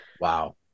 Wow